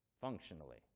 functionally